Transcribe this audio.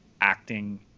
acting